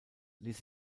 ließ